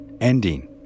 ending